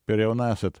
per jauna esat